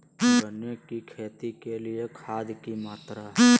गन्ने की खेती के लिए खाद की मात्रा?